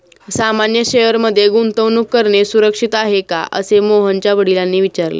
सामान्य शेअर मध्ये गुंतवणूक करणे सुरक्षित आहे का, असे मोहनच्या वडिलांनी विचारले